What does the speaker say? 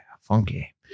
funky